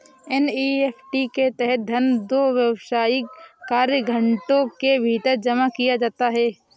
NEFT के तहत धन दो व्यावसायिक कार्य घंटों के भीतर जमा किया जाता है